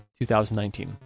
2019